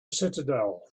citadel